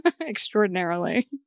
extraordinarily